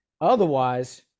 Otherwise